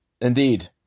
indeed